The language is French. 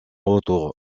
retour